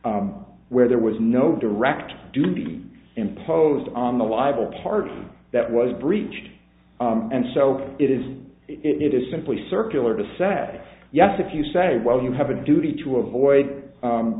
t where there was no direct duty imposed on the liable party that was breached and so it is it is simply circular to say yes if you say well you have a duty to avoid